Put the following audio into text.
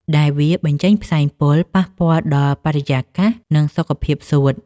ដែលវាបញ្ចេញផ្សែងពុលប៉ះពាល់ដល់បរិយាកាស និងសុខភាពសួត។